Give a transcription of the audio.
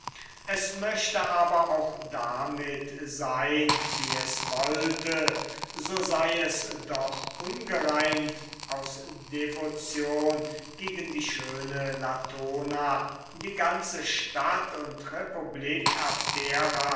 es möchte aber auch damit sein wie es wollte so sei es doch ungereimt aus devotion gegen die schöne latona die ganze stadt und republik abdera